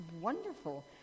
wonderful